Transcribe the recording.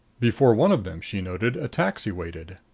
before one of them, she noted, a taxi waited.